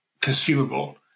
consumable